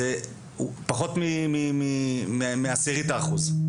פחות מעשירית האחוז.